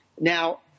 Now